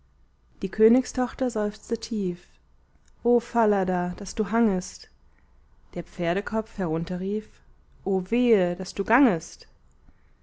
die königstochter seufzte tief o falada daß du hangest der pferdekopf herunterrief o wehe daß du gangest